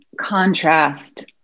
contrast